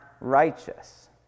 righteous